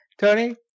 Tony